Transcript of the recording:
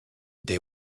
they